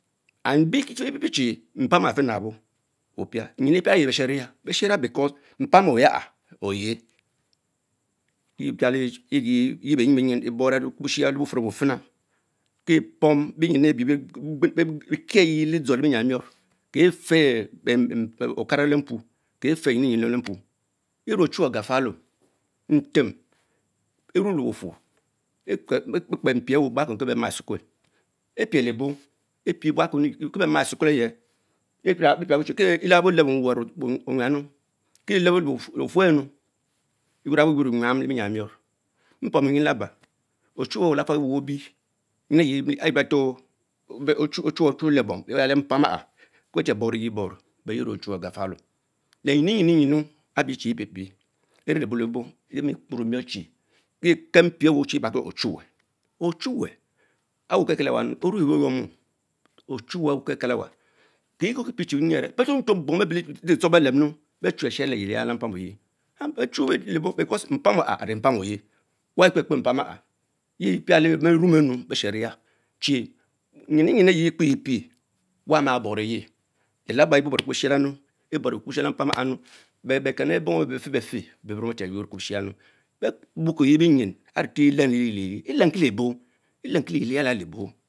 Epiepich chie mpam afenabo opisah nyinu piale ayie beh tsheneys, because mpam Drych alla yea prace yebeyin eborr-ya Ekubu-shi fina kie Pom benjin ebenbie kiagie ledzor le bee myqua emion, Kee feh akara lepno, kefen nyimpinan lepuo ten me ochuwen agafalo ritem ermen lebufurr etere mpie buakwen ken ben ma esukuel, epretebo epie buakuen kibeema fsukudech keh elebabo lebo nwar onyanu killebo. leofuern eyor a boh yu bebienyam enior, mpomu mina labs. odneve owe lafal weobi nimeyen ancfor connue acula lebom yah lemipon aha, kie be che borieye bovo teme ochuwe agafalo, lenyinu nyinu nyinu abie chie epie pieh leh rielebobo lebo keh kel mpie wue Chi ebarki le serumve, ocmmer owne Okekel aanm aha ovie eynor emom, echime aweh okekel anwa kie kokipie nyince, ben quam quom bom lehetchacho betes nom ben che ohero yeah Ampam ole lebo beeante impan alla are mpam oyeh was bekpeкре тра tea prale beh mumu enim emya dine nyin yium exie xpe pie wah mah buruere, lebaba eyje eborbor ekuubishiyamunn, ebor choubus ya lapam aha mume beh kanebom abee befchbefee beh benmu ben che yum kubushiyama- beh balakinge binyin are lenun elenkilebob? eleukie leviel abia lebo